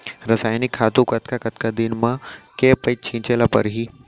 रसायनिक खातू कतका कतका दिन म, के पइत छिंचे ल परहि?